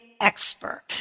expert